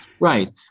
Right